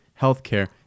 healthcare